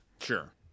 Sure